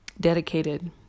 dedicated